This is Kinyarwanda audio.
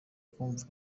kumva